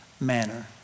manner